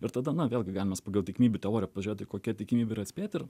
ir tada na vėlgi galim mes pagal tikimybių teoriją pažiūrėti kokia tikimybė yra atspėti ir